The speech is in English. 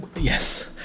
Yes